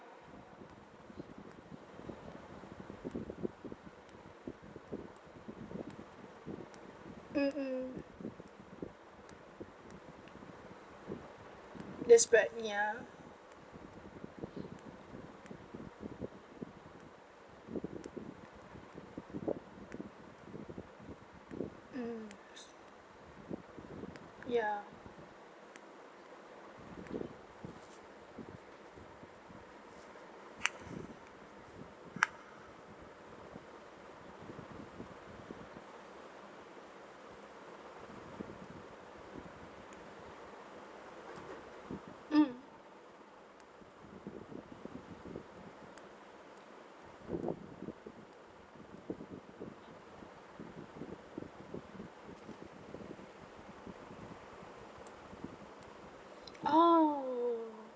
mmhmm the spread ya mm ya mm oh